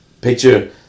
picture